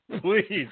Please